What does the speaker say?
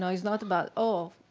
know, it's not about, oh,